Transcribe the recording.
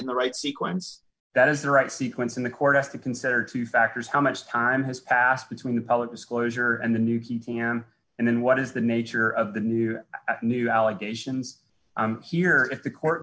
in the right sequence that is the right sequence in the court has to consider two factors how much time has passed between the public disclosure and the new key thing and and then what is the nature of the new new allegations here if the court